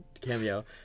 cameo